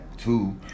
two